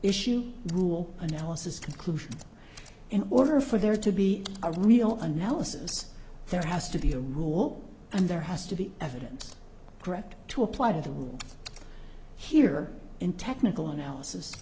issue rule analysis conclusion in order for there to be a real analysis there has to be a role and there has to be evidence correct to apply the rule here in technical analysis